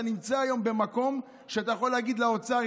אתה נמצא היום במקום שאתה יכול להגיד לאוצר: